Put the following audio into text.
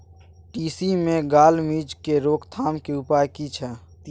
तिसी मे gall midge के रोकथाम के उपाय की छै?